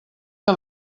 que